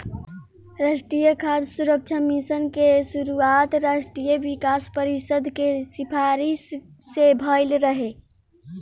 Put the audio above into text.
राष्ट्रीय खाद्य सुरक्षा मिशन के शुरुआत राष्ट्रीय विकास परिषद के सिफारिस से भइल रहे